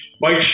Mike